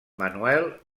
manuel